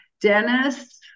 Dennis